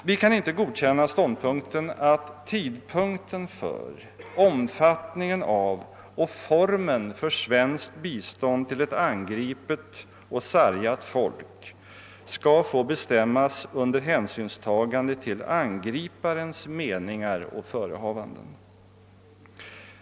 Vi kan inte godkänna ståndpunkten att tidpunkten för omfattningen av och formen för svenskt bistånd till ett angripet och sargat folk skall få bestämmas under hänsynstagande till angriparens meningar och förehavanden.